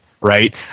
right